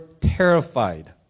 terrified